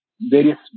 various